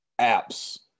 apps